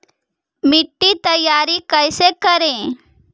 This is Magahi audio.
मिट्टी तैयारी कैसे करें?